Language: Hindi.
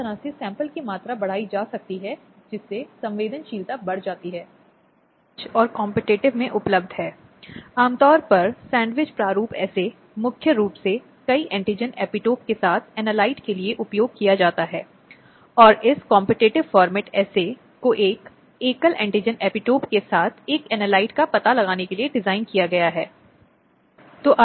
अब यह सुरक्षा अधिकारियों की ज़िम्मेदारी है यदि कोई सूचना उनके पास आती है तो यह देखने के लिए कि आवश्यक मदद महिला को दी जाती है और उस संबंध में सभी आवश्यक सहायता देने और मजिस्ट्रेट के समक्ष घरेलू घटना की रिपोर्ट दर्ज करना